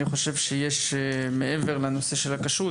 אני חושב שיש מעבר לנושא של הכשרות.